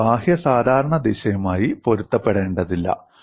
ഇത് ബാഹ്യ സാധാരണ ദിശയുമായി പൊരുത്തപ്പെടേണ്ടതില്ല